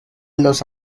los